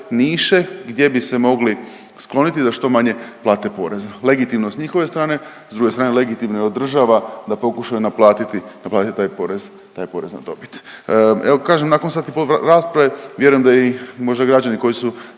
niše gdje bi se mogli skloniti da što manje plate poreza. Legitimno s njihove strane s druge strane legitimno je od država da pokušaju naplatiti, naplatiti taj porez, taj porez na dobit. Evo kažem nakon sati i pol rasprave vjerujem da i možda građani koji su